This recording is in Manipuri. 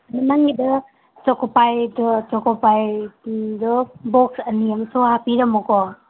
ꯅꯪꯒꯤꯗꯣ ꯆꯣꯀꯣꯄꯥꯏꯗꯣ ꯆꯣꯀꯣꯄꯥꯏꯗꯣ ꯕꯣꯛꯁ ꯑꯅꯤ ꯑꯃꯁꯨ ꯍꯥꯞꯄꯤꯔꯝꯃꯣꯀꯣ